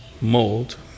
Mold